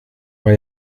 war